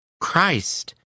Christ